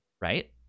Right